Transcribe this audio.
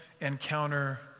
encounter